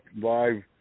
live